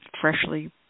freshly